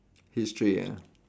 history ah